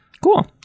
cool